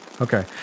Okay